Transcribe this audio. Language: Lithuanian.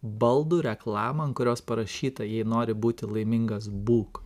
baldų reklamą ant kurios parašyta jei nori būti laimingas būk